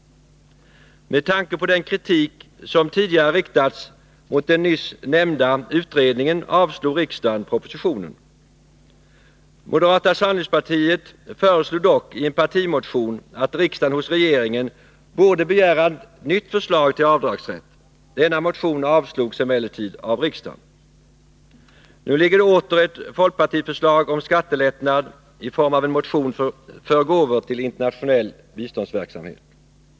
Med tanke på den kritik som tidigare riktats mot den nyss nämnda utredningen avslog riksdagen propositionen. Moderata samlingspartiet föreslog dock i en partimotion att riksdagen hos regeringen borde begära ett nytt förslag till avdragsrätt. Denna motion avslogs emellertid av riksdagen. Nu ligger det åter ett folkpartiförslag om skattelättnad i form av en motion för gåvor till internationell biståndsverksamhet.